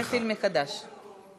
בוקר טוב.